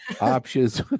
options